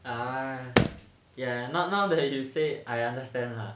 uh ya now now that you say I understand lah